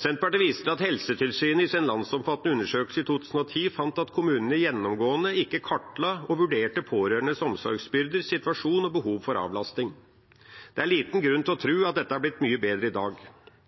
Senterpartiet viser til at Helsetilsynet i sin landsomfattende undersøkelse i 2010 fant at kommunene gjennomgående ikke kartla og vurderte pårørendes omsorgsbyrder, situasjon og behov for avlasting. Det er liten grunn til å tro at dette er blitt mye bedre i dag.